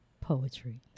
poetry